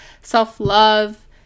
self-love